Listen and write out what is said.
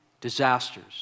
disasters